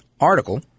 article